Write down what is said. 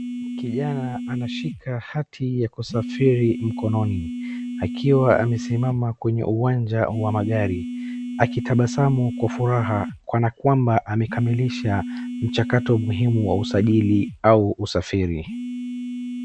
Kijana anashika hati ya kusafiri mkononi. Akiwa amesimama kwenye uwanja wa magari. Akitabasamu kwa furaha kana kwamba amekamilisha mchakato muhimu wa ujasiri au usafiri.